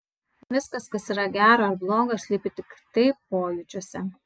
viskas kas yra gera ar bloga slypi tiktai pojūčiuose